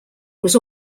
was